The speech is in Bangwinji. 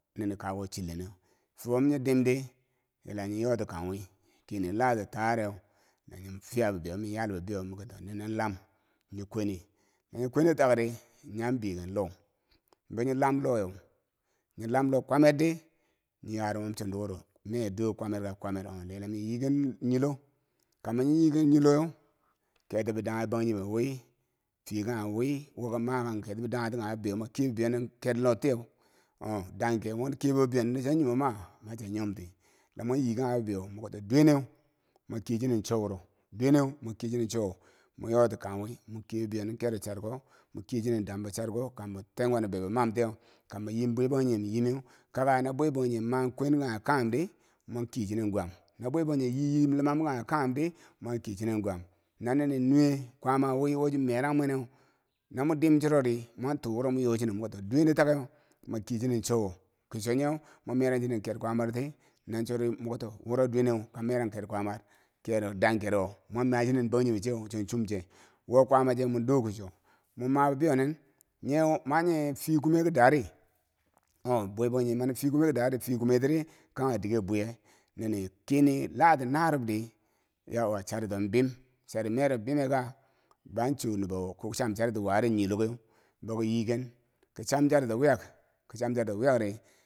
Niini kakuko chileneu fubom nyi dim di la nghi yo ti kang we kyini lati taareu la min fiya be beyo min yal bibeyo mito nimne lam nyi kweni nyi kweni tak rii nyam beyiken lo bo nye lam lo weu, nyi lamlo kwamer di nyi yarumom chonduguro mee dom kwamer ka kwamar oh dila min yiken nyilo kambo nyi nyiken nyilou di ketibi danghe bangjinghe wi feye kanghe wi wo ko makan keti bi danghe ti kanghe bibeyou wo mokiye bi bibeyo nin ker lor tiyeu ong dangkeu mo kiye bo bibeiyo nindi chian nyumom ma? machia nyomti lamon yii kanghe bibeyo moki to do we neu mo keyi chinen cho wuro do we neu mo keyi chinen cho womo yoti kang wi mo kiye bibeiyonin kero charko mo kiye chinen dambo charko kambo ten gwanib bembo mamtiyeu kambo yim bwa bangjinghe bo yimeu kaka no bwe bangjinghe ma kwen kanghe kanghum dii mon kiye chinnen gwam no bwe bangjinghe yiyim lo mab kanghe kanghemdi mon kiye chinen gwam na nini nuwe kwaama wi wo chimeran mweneu no mo dim churo di mon tu wuro mo yo chinen mweki to duwe ne takeu, mwe keye chinen chowo ke chogheu mo meran chinin ker kwaamaroti moki to wuro duweneu mwo merang ker kwaamar dang kero mo machinen bangjighe bo chew chon cub che wo kwaamache modo ke cho mo mabibe yo ning nyeu maghe fii kome ki dari oh bwa bangjighe mani fii kome nyo chifii ko me tiri kanghe diker bwoyi ninii kyenli lati na. arub di yauwa charito bem kambo chari mee ro bim mee ko ban cho nubo wo ko cham chariti wari nyilo keu boko nyiken ko cham chari to weyak kocham charito weyak ri.